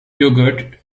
yoghurt